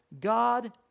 God